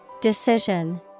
Decision